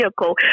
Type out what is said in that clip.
vehicle